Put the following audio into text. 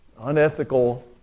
unethical